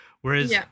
whereas